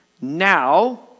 now